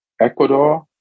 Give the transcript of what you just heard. Ecuador